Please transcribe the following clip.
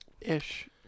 ish